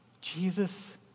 Jesus